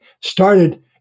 Started